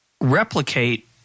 Replicate